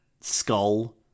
skull